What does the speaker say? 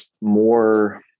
more